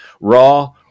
raw